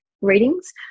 readings